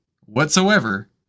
whatsoever